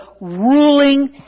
ruling